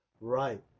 right